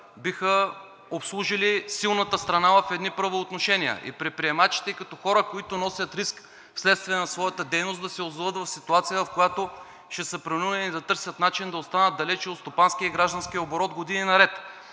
биха обслужили силната страна в едни правоотношения. Предприемачите като хора, които носят риск вследствие на своята дейност, да се озоват в ситуация, в която ще са принудени да търсят начин да останат далеч от стопанския и гражданския оборот години наред.